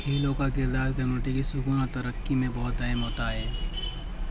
کھیلوں کا کردار کمیونٹی کی سکون اور ترقی میں بہت اہم ہوتا ہے